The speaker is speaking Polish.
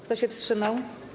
Kto się wstrzymał?